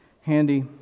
handy